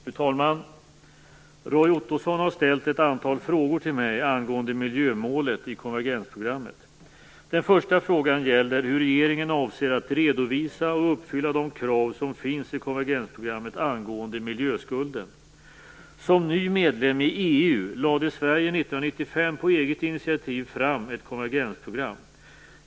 Fru talman! Roy Ottosson har ställt ett antal frågor till mig angående miljömålet i konvergensprogrammet. Den första frågan gäller hur regeringen avser att redovisa och uppfylla de krav som finns i konvergensprogrammet angående miljöskulden. Som ny medlem i EU lade Sverige 1995 på eget initiativ fram ett konvergensprogram.